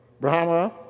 Brahma